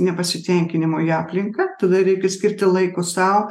nepasitenkinimo į aplinką tada reikia skirti laiko sau